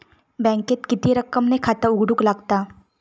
बँकेत किती रक्कम ने खाता उघडूक लागता?